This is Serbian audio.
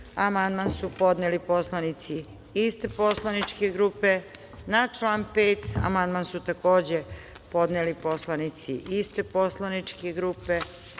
zajedno podneli poslanici iste poslaničke grupe. Na član 6. amandman su zajedno podneli poslanici iste poslaničke grupe. Na